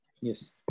Yes